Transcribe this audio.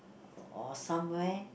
or somewhere